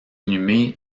inhumé